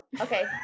Okay